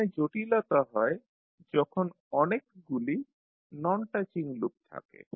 এখানে জটিলতা হয় যখন অনেকগুলি নন টাচিং লুপ থাকে